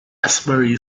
asbury